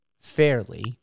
fairly